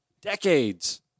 Decades